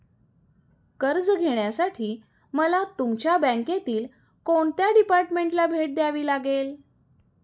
कर्ज घेण्यासाठी मला तुमच्या बँकेतील कोणत्या डिपार्टमेंटला भेट द्यावी लागेल?